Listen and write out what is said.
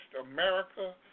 America